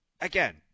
again